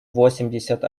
восемьдесят